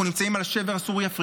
אנחנו נמצאים על השבר הסורי-אפריקני.